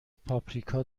پاپریکا